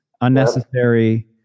unnecessary